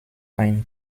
ein